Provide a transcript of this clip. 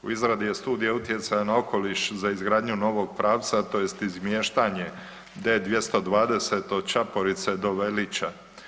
U izradi je studija utjecaja na okoliš za izgradnju novog pravca tj. izmiještanje D-220 od Čaporice do Velića.